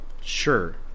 Sure